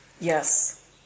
Yes